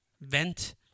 Vent